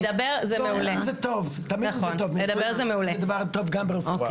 צריך לומר שכאשר אנחנו מסתכלים על השכר, אי